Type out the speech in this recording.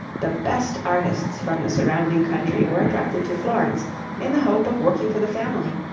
the best artists from the surrounding country were attracted to florence in the hope of working for the family,